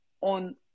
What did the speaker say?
on